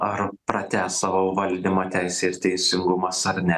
ar pratęs savo valdymą teisė ir teisingumas ar ne